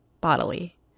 bodily